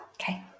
Okay